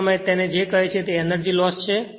તે સમયે તેને જે કહે છે તે એનર્જી લોસ છે